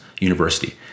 University